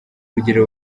rugerero